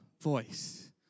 voice